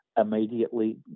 immediately